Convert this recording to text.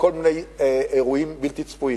מכל מיני אירועים בלתי צפויים.